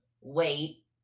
wait